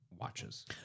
watches